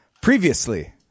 previously